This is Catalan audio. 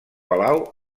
palau